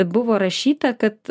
buvo rašyta kad